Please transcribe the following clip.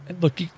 look